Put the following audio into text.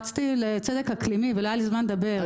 רצתי ל"צדק אקלימי" ולא היה לי זמן לדבר.